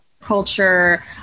culture